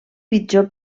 pitjor